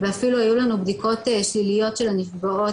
ואפילו היו לנו בדיקות שליליות של הנפגעות,